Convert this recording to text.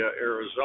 Arizona